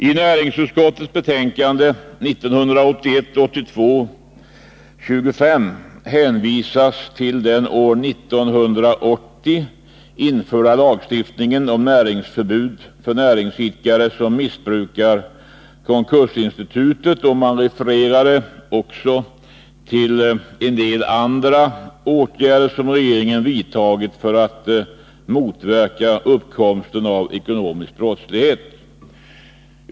I näringsutskottets betänkande 1981/82:25 hänvisades till den år 1980 införda lagstiftningen om näringsförbud för näringsidkare som missbrukar konkursinstitutet, och man refererade också till en del andra åtgärder som regeringen vidtagit för att motverka uppkomsten av ekonomisk brottslighet.